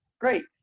great